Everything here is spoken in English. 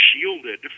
shielded